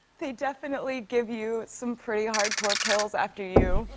they definitely give you some pretty hard-core pills after you.